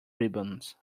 ribbons